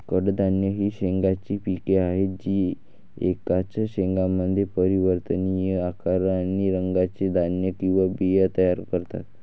कडधान्ये ही शेंगांची पिके आहेत जी एकाच शेंगामध्ये परिवर्तनीय आकार आणि रंगाचे धान्य किंवा बिया तयार करतात